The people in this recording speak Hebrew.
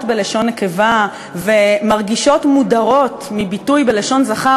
בלשון נקבה ומרגישות מודרות מביטוי בלשון זכר,